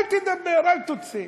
אל תדבר, אל תוציא.